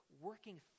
working